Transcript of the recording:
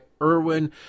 Irwin